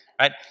Right